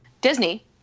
Disney